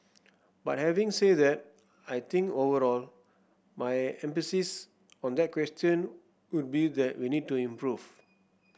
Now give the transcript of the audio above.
but having said that I think overall my emphasis on that question would be that we need to improve